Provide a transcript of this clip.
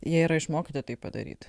jie yra išmokyti tai padaryt